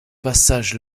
passage